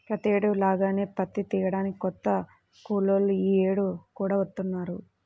ప్రతేడు లాగానే పత్తి తియ్యడానికి కొత్త కూలోళ్ళు యీ యేడు కూడా వత్తన్నారా